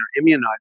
immunized